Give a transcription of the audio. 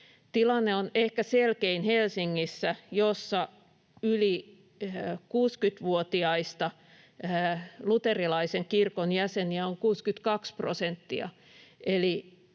Tilanne on ehkä selkein Helsingissä, jossa yli 60-vuotiaista luterilaisen kirkon jäseniä on 62 prosenttia.